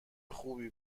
خوبی